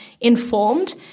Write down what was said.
informed